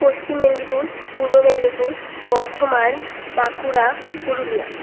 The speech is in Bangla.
পশ্চিম মেদিনীপুর পূর্ব মেদিনীপুর বর্ধমান বাঁকুড়া পুরুলিয়া